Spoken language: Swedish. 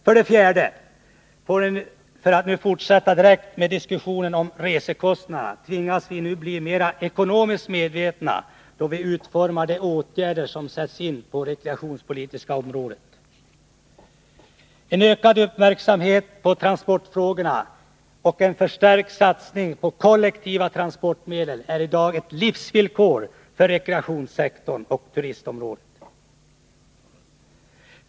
För det fjärde — för att nu fortsätta direkt med diskussionen om resekostnaderna — tvingas vi nu blir mer ekonomiskt medvetna då vi utformar de åtgärder som sätts in på det rekreationspolitiska området. En ökad uppmärksamhet på transportfrågorna och en förstärkt satsning på kollektiva transportmedel är i dag ett livsvillkor för rekreationssektorn och turistområdet.